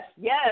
yes